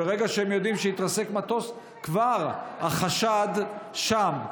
ברגע שהם יודעים שהתרסק מטוס כבר החשד שם,